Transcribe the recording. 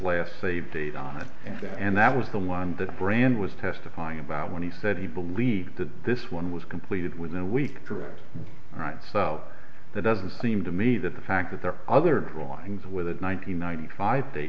last saved date on it and that was the line that brand was testifying about when he said he believed that this one was completed within a week correct all right so that doesn't seem to me that the fact that there are other drawings with one hundred ninety five